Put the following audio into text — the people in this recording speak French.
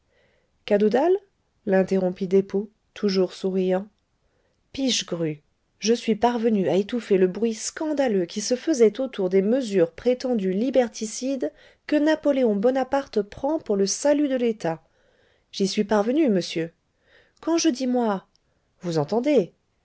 cadoudal l'interrompit despaux toujours souriant pichegru je suis parvenu à étouffer le bruit scandaleux qui se faisait autour des mesures prétendues liberticides que napoléon bonaparte prend pour le salut de l'etat j'y suis parvenu monsieur quand je dis moi vous entendez